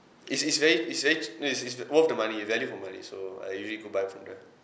it's it's very it's very no it's it's worth the money value for money so I usually go buy from there